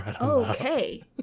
Okay